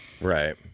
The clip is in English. Right